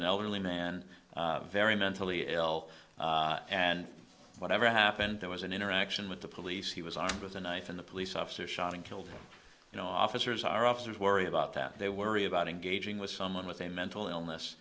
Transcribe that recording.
an elderly man very mentally ill and whatever happened there was an interaction with the police he was armed with a knife and the police officer shot and killed you know officers are officers worry about that they worry about engaging with someone with a mental illness